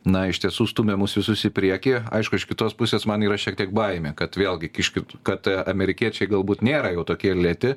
na iš tiesų stumia mus visus į priekį aišku iš kitos pusės man yra šiek tiek baimė kad vėlgi kiškit kad amerikiečiai galbūt nėra jau tokie ir lėti